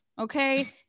okay